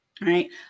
right